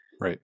Right